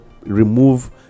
remove